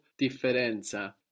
Differenza